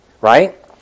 right